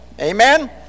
Amen